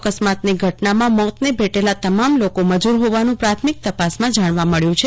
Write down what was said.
અકસ્માતની ઘટનામાં મોતને ભેટેલા તમામ લોકો મજૂર હોવાનું પ્રાથમિક તપાસમાં જાણવા મળ્યું છે